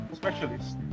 specialist